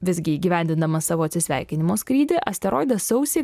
visgi įgyvendindamas savo atsisveikinimo skrydį asteroidas sausį